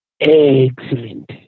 Excellent